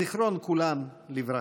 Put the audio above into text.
זיכרון כולן לברכה.